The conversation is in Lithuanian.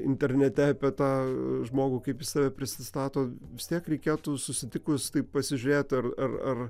internete apie tą žmogų kaip jis save prisistato vis tiek reikėtų susitikus taip pasižiūrėti ar ar